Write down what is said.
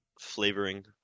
flavoring